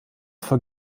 für